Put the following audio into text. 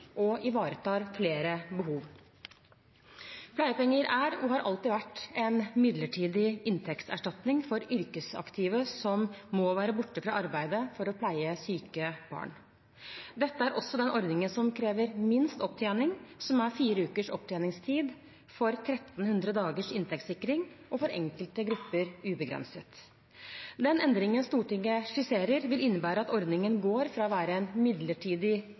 og ivaretar flere behov. Pleiepenger er – og har alltid vært – en midlertidig inntektserstatning for yrkesaktive som må være borte fra arbeidet for å pleie syke barn. Dette er også den ordningen som krever minst opptjening, som er fire ukers opptjeningstid for 1 300 dager inntektssikring, og for enkelte grupper ubegrenset. Den endringen Stortinget skisserer, vil innebære at ordningen går fra å være en midlertidig